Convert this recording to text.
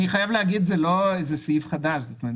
אני חייב להגיד שזה לא סעיף חדש.